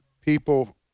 people